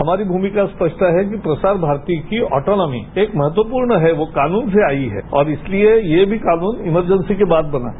हमारी भूमिका स्पष्ट है कि प्रसार भारती की ऑटोनॉमी एक महत्वपूर्ण है वो कानून से आई है और इसलिये ये भी कानून एमर्जेसी के बाद बना है